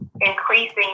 increasing